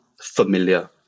familiar